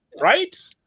Right